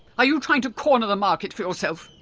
are you trying to corner the market for yourself?